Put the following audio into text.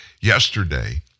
Yesterday